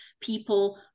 people